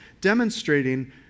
demonstrating